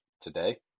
today